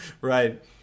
Right